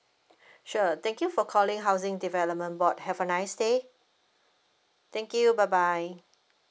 sure thank you for calling housing development board have a nice day thank you bye bye